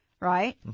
right